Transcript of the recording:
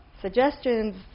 suggestions